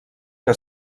que